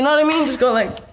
what i mean? just go like,